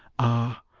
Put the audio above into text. ah,